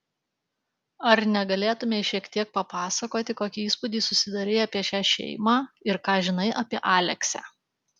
ar negalėtumei šiek tiek papasakoti kokį įspūdį susidarei apie šią šeimą ir ką žinai apie aleksę